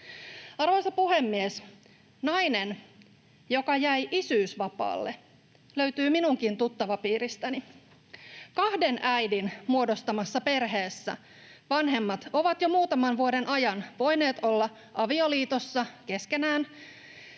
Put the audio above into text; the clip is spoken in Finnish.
Arvoisa puhemies! Nainen, joka jäi isyysvapaalle, löytyy minunkin tuttavapiiristäni. Kahden äidin muodostamassa perheessä vanhemmat ovat jo muutaman vuoden ajan voineet olla avioliitossa keskenään